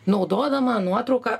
naudodama nuotrauką